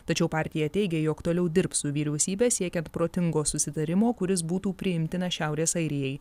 tačiau partija teigia jog toliau dirbs su vyriausybe siekiant protingo susitarimo kuris būtų priimtinas šiaurės airijai